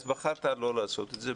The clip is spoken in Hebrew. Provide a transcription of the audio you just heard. אז בחרת לא לעשות את זה,